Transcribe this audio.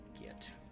get